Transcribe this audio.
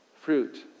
fruit